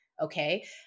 okay